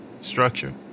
structure